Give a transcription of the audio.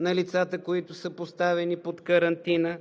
на лицата, които са поставени под карантина,